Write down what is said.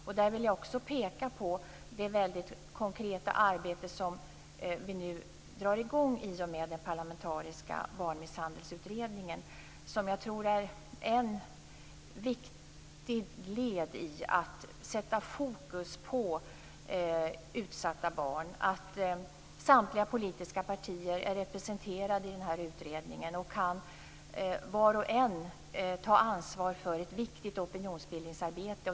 Jag vill peka på det väldigt konkreta arbete som vi nu drar i gång i och med den parlamentariska barnmisshandelsutredningen, som är ett viktigt led i att sätta fokus på utsatta barn. Samtliga politiska partier är representerade i utredningen. Vart och ett tar ansvar för ett viktigt opinionsbildningsarbete.